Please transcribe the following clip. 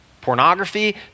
Pornography